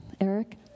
Eric